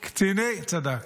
צדקת,